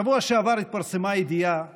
בשבוע שעבר התפרסמה ידיעה